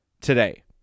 today